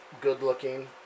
good-looking